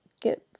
get